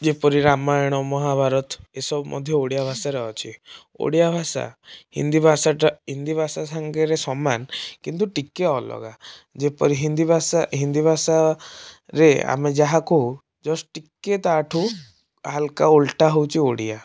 ଯେପରି ରାମାୟଣ ମହାଭାରତ ଏସବୁ ମଧ୍ୟ ଓଡ଼ିଆ ଭାଷାରେ ଅଛି ଓଡ଼ିଆ ଭାଷା ହିନ୍ଦୀଭାଷାଟା ହିନ୍ଦୀ ଭାଷା ସାଙ୍ଗରେ ସମାନ କିନ୍ତୁ ଟିକିଏ ଅଲଗା ଯେପରି ହିନ୍ଦୀ ଭାଷା ହିନ୍ଦୀ ଭାଷାରେ ଆମେ ଯାହାକୁ ଜଷ୍ଟ ଟିକିଏ ତା'ଠାରୁ ହାଲୁକା ଓଲଟା ହେଉଛି ଓଡ଼ିଆ